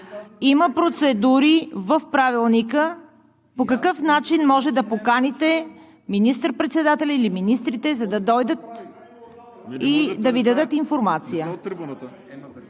Има процедури в Правилника по какъв начин може да поканите министър-председателя или министрите, за да дойдат и да Ви дадат информация.